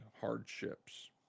hardships